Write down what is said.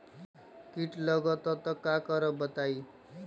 कीट लगत त क करब बताई?